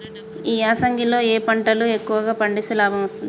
ఈ యాసంగి లో ఏ పంటలు ఎక్కువగా పండిస్తే లాభం వస్తుంది?